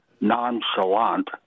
nonchalant